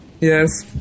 Yes